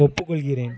ஒப்புக்கொள்கிறேன்